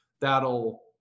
That'll